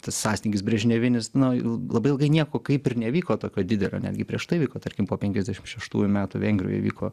tas sąstingis brežnevinis na labai ilgai nieko kaip ir nevyko tokio didelio netgi prieš tai vyko tarkim po penkiasdešim šeštųjų metų vengrijoj vyko